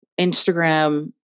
Instagram